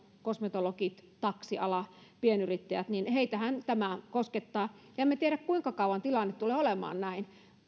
kosmetologeja taksialaa pienyrittäjiä heitähän tämä koskettaa emmekä tiedä kuinka kauan tilanne tulee olemaan näin